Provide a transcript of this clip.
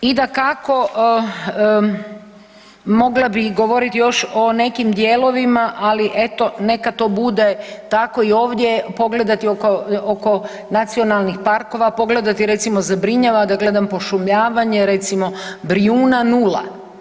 I dakako mogla bi govoriti još o nekim dijelovima, ali eto neka to bude tako i ovdje pogledati oko nacionalnih parkova, pogledati recimo zabrinjava jedno pošumljavanje Brijuna nula.